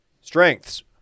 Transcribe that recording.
Strengths